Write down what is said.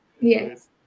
Yes